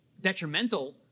detrimental